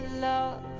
love